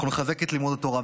אנחנו נחזק את לימוד התורה,